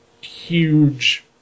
huge